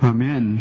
Amen